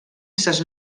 ses